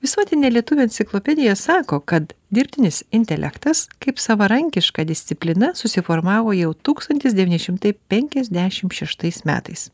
visuotinė lietuvių enciklopedija sako kad dirbtinis intelektas kaip savarankiška disciplina susiformavo jau tūkstantis devyni šimtai penkiasdešim šeštais metais